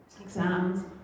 Exams